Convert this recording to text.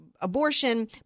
abortion